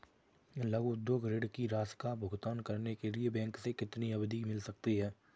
लघु उद्योग ऋण की राशि का भुगतान करने के लिए बैंक से कितनी अवधि मिल सकती है?